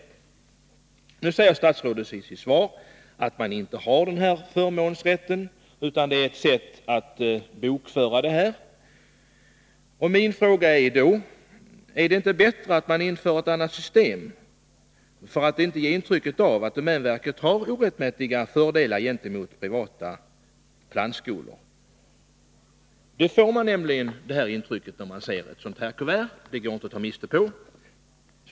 Beträffande det sistnämnda säger statsrådet att plantskolorna inte använder tjänstebrevsrätten och att det bara handlar om ett sätt att bokföra posttaxorna. Min fråga är då: Är det inte bättre att införa ett annat system, så att man inte ger ett intryck av att domänverket har orättmätiga fördelar gentemot privata plantskolor? Man får nämligen det intrycket när erbjudandena skickas ut i sådana här kuvert.